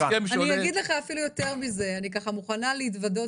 אני אגיד לך אפילו יותר מזה: אני מוכנה להתוודות